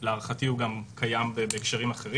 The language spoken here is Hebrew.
שני מקרים שהגיעו לבית המשפט המחוזי.